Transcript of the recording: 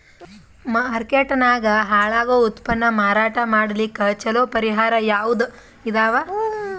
Market ನಾಗ ಹಾಳಾಗೋ ಉತ್ಪನ್ನ ಮಾರಾಟ ಮಾಡಲಿಕ್ಕ ಚಲೋ ಪರಿಹಾರ ಯಾವುದ್ ಇದಾವ?